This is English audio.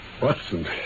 Watson